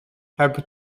heb